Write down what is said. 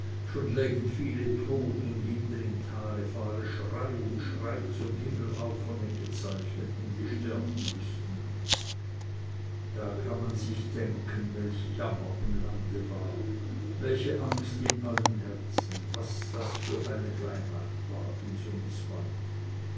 schon lägen viele tot und hinten im tale fahre schrei um schrei zum himmel auf von den gezeichneten die sterben müßten da kann man sich denken welch jammer im lande war welche angst in allen herzen was das für eine weihnacht war in sumiswald